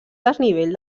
desnivell